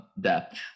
depth